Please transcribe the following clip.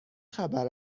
خبر